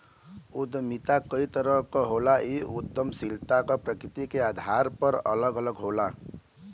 उद्यमिता कई तरह क होला इ उद्दमशीलता क प्रकृति के आधार पर अलग अलग होला